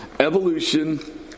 evolution